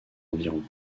environs